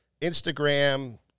Instagram